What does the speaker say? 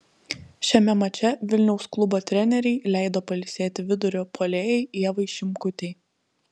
šiame mače vilniaus klubo trenerei leido pailsėti vidurio puolėjai ievai šimkutei